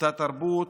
אותה תרבות,